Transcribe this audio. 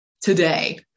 today